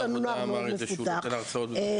יש לנו נוער מאוד מפותח.